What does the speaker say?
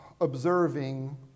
observing